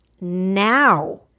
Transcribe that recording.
Now